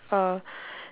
uh